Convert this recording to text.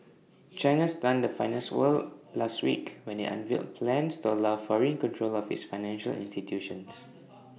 China stunned the finance world last week when IT unveiled plans to allow foreign control of its financial institutions